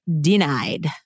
denied